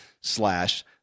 slash